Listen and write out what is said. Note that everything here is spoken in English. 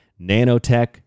nanotech